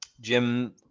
Jim